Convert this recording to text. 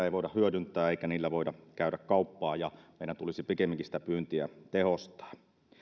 ei voida hyödyntää eikä niillä voida käydä kauppaa ja meidän tulisi pikemminkin sitä pyyntiä tehostaa